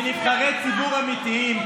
מנבחרי ציבור אמיתיים,